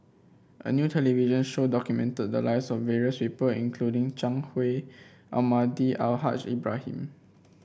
a new television show documented the lives of various people including Zhang Hui Almahdi Al Haj Ibrahim